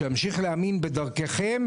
שימשיך להאמין בדרככם,